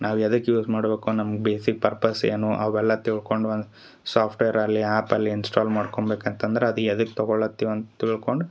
ನಾವು ಎದಕ್ಕೆ ಯೂಸ್ ಮಾಡಬೇಕು ನಮ್ಗೆ ಬೇಸಿಕ್ ಪರ್ಪಸ್ ಏನು ಅವೆಲ್ಲ ತಿಳ್ಕೊಂಡ್ವಿ ಅಂದ್ರ ಸಾಫ್ಟ್ವೇರಲ್ಲಿ ಆ್ಯಪಲ್ಲಿ ಇನ್ಸ್ಟಾಲ್ ಮಾಡ್ಕೊಂಬೇಕು ಅಂತಂದ್ರೆ ಅದು ಎದಕ್ಕೆ ತಗೊಳ್ಲತ್ತೀವಿ ಅಂತ ತಿಳ್ಕೊಂಡು